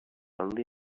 only